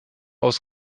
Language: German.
aus